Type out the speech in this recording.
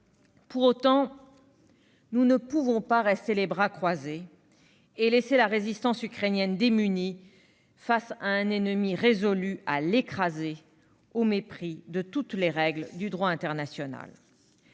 Pour autant, nous ne pouvons pas rester les bras croisés et laisser la résistance ukrainienne démunie face à un ennemi résolu à l'écraser, au mépris de toutes les règles du droit international.